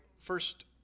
first